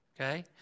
Okay